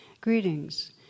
Greetings